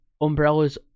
Umbrella's